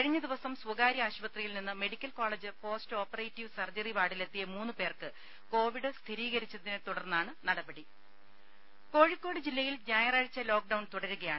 കഴിഞ്ഞ ദിവസം സ്വകാര്യ ആശുപത്രിയിൽ നിന്ന് medical college post operative surgery വാർഡിലെത്തിയ മൂന്നുപേർക്ക് കോവിഡ് സ്ഥിരീകരിച്ചതിനെത്തുടർന്നാണ് നടപടി രേര കോഴിക്കോട് ജില്ലയിൽ ഞായറാഴ്ച ലോക്ഡൌൺ തുടരുകയാണ്